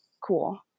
cool